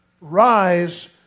rise